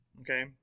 okay